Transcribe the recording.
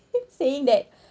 saying that